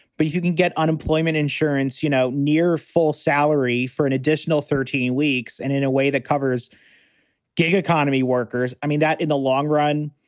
but if you can get unemployment insurance, you know, near full salary for an additional thirteen weeks and in a way that covers gig economy workers, i mean that in the long run,